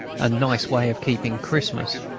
a nice way of keeping christmas.